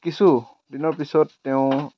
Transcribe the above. কিছুদিনৰ পিছত তেওঁ